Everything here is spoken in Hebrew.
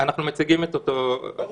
אנחנו מציגים את אותו אירוע.